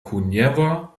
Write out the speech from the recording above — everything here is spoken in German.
kuneva